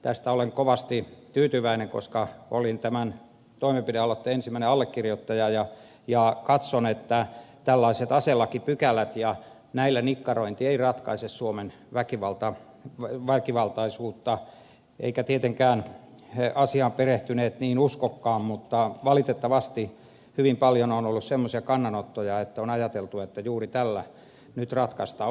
tästä olen kovasti tyytyväinen koska olin tämän toimenpidealoitteen ensimmäinen allekirjoittaja ja katson että tällaiset aselakipykälät ja näillä nikkarointi eivät ratkaise suomen väkivaltaisuutta eivätkä tietenkään asiaan perehtyneet niin uskokaan mutta valitettavasti hyvin paljon on ollut semmoisia kannanottoja että on ajateltu että juuri tällä se nyt ratkaistaan